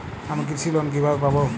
আমি কৃষি লোন কিভাবে পাবো?